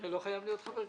אתה לא חייב להיות חבר כנסת.